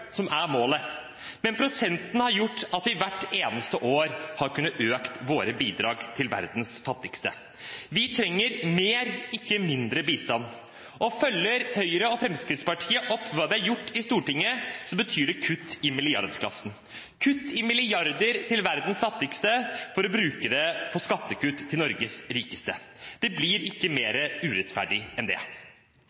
som er målet, men prosenten har gjort at vi hvert eneste år har kunnet øke våre bidrag til verdens fattigste. Vi trenger mer, ikke mindre, bistand. Følger Høyre og Fremskrittspartiet opp det de har sagt i Stortinget, betyr det kutt i milliardklassen. Kutt i milliarder til verdens fattigste, for å bruke det på skattekutt til Norges rikeste – det blir ikke mer